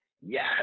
yes